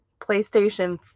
PlayStation